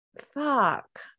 Fuck